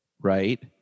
Right